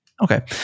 Okay